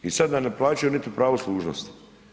I sad da ne plaćaju niti pravo služnosti.